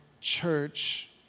church